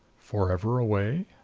forever away?